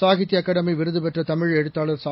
சாகித்ய அகாடமிவிருதபெற்றதமிழ் எழுத்தாளர் சா